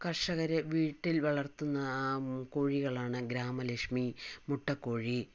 കർഷകര് വീട്ടിൽ വളർത്തുന്ന കോഴികളാണ് ഗ്രാമലക്ഷ്മി മുട്ടക്കോഴി